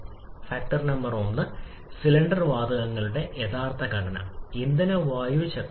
എന്നാൽ വിഘടനത്തിന്റെ ഫലവും സങ്കലനത്തിന്റെ ഫലവും പ്രത്യേകിച്ചും താപനില കൂടുതലോ കുറവോ ആണ് അതുതന്നെ